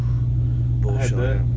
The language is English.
bullshit